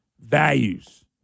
values